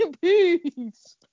Peace